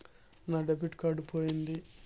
నా debit card పోయింది